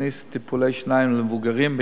הכנסת טיפולי שיניים למבוגרים,